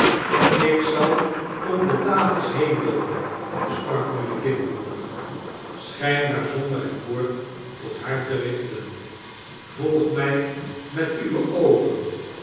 ik zal om de tafels heen loopen sprak nu de kindermoeder schijnbaar zonder het woord tot baar te richten volg mij met uwe oogen